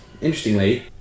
interestingly